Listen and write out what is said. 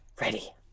Ready